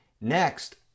Next